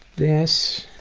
this